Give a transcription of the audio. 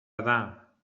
هستم